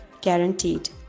guaranteed